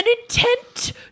intent